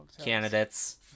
candidates